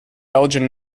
belgian